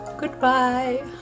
Goodbye